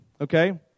Okay